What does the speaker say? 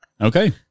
Okay